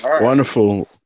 wonderful